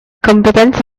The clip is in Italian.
competenze